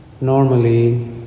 normally